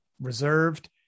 reserved